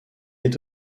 est